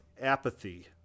apathy